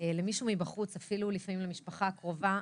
למישהו מבחוץ ואפילו לפעמים למשפחה הקרובה,